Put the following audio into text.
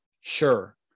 Sure